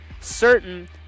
certain